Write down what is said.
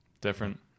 different